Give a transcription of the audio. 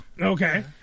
Okay